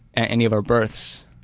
any of our births.